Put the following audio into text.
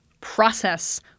process